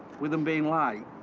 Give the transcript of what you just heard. with them being light,